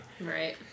Right